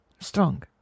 Strong